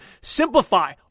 Simplify